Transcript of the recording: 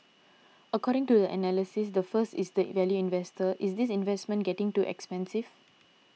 according to the analyst the first is the value investor is this investment getting too expensive